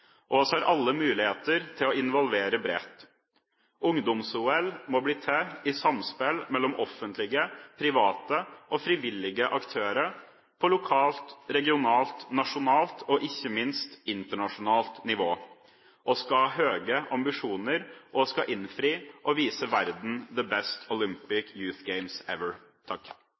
vi har alle muligheter til å involvere bredt. Ungdoms-OL må bli til i samspill mellom offentlige, private og frivillige aktører på lokalt, regionalt, nasjonalt og ikke minst internasjonalt nivå. Vi skal ha høye ambisjoner, og vi skal innfri og vise verden «the best Youth Olympic